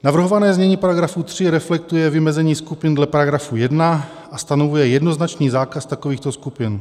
Navrhované znění § 3 reflektuje vymezení skupin dle § 1 a stanovuje jednoznačný zákaz takovýchto skupin.